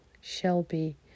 Shelby